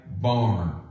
barn